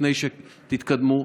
לפני שתתקדמו.